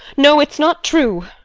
no it's not true.